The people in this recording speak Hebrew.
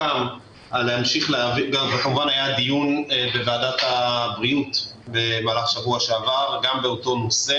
גם היה דיון בוועדת הבריאות במהלך השבוע באותו נושא.